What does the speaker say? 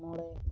ᱢᱚᱬᱮ